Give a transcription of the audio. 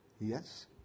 yes